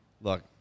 look